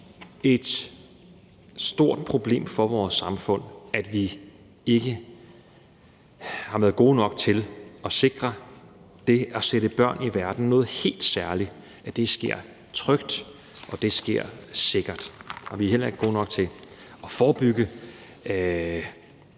et stort problem for vores samfund, at vi ikke har været gode nok til at sikre, at det at sætte børn i verden, som er noget helt særligt, sker trygt og sikkert. Vi er heller ikke gode nok til at forebygge